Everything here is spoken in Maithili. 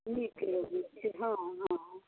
नीक लगैत छै हँ हँ